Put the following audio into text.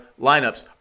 lineups